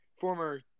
former